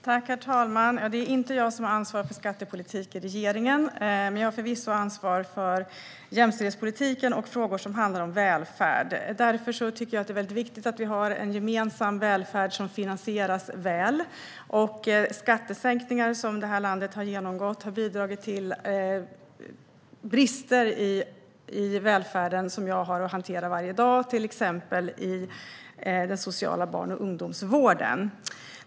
Herr talman! Det är inte jag som har ansvar för skattepolitiken i regeringen. Men jag har förvisso ansvar för jämställdhetspolitiken och frågor som handlar om välfärd. Det är väldigt viktigt att vi har en gemensam välfärd som finansieras väl. De skattesänkningar som det här landet genomgått har bidragit till brister i välfärden som jag har att hantera varje dag, till exempel i den sociala barn och ungdomsvården.